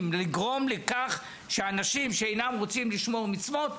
לגרום לכך שאנשים שאינם רוצים לשמור מצוות,